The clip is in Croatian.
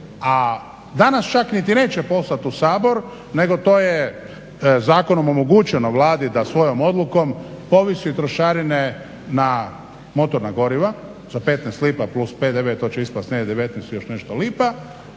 a danas čak niti neće poslat u Sabor nego to je zakonom omogućeno Vladi da svojom odlukom povisi trošarine na motorna goriva za 15 lipa plus PDV, to će ispast negdje 19 i još nešto lipa.